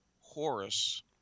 Horus